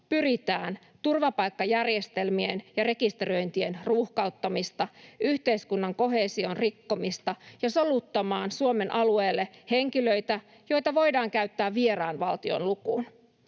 pyritään turvapaikkajärjestelmän ja rekisteröintien ruuhkauttamiseen, yhteiskunnan koheesion rikkomiseen ja soluttamaan Suomen alueelle henkilöitä, joita voidaan käyttää vieraan valtion lukuun.